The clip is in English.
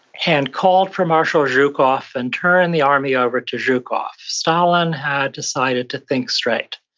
and called for marshall zhukov, and turned the army over to zhukov stalin had decided to think straight.